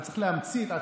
אתה צריך להמציא את עצמך.